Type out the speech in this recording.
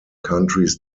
countries